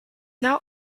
now